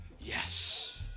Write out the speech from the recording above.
yes